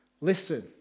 listen